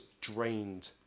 drained